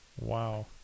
Wow